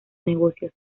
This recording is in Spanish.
negocios